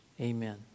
Amen